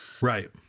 Right